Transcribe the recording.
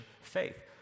faith